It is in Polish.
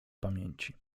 pamięci